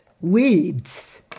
Weeds